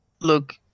look